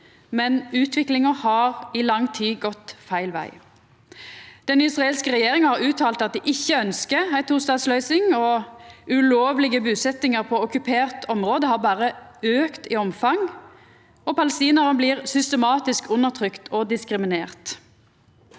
men utviklinga har i lang tid gått feil veg. Den israelske regjeringa har uttala at dei ikkje ønskjer ei tostatsløysing, ulovlege busetjingar på okkupert område har berre auka i omfang, og palestinarane blir systematisk undertrykte og diskriminerte.